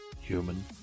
human